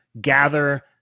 gather